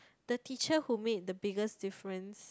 the teacher who make the biggest difference